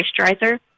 Moisturizer